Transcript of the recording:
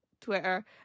Twitter